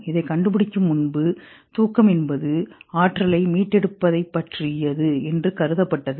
இதைக் கண்டு பிடிக்கும் முன்பு தூக்கம் என்பது ஆற்றலை மீட்டெடுப்பதைப் பற்றியது என்று கருதப்பட்டது